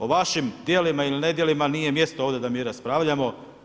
O vašim djelima ili nedjelima nije mjesto da mi raspravljamo.